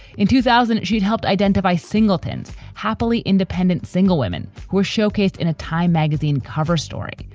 in two thousand, she'd helped identify singleton's happily independent single women who were showcased in a time magazine cover story.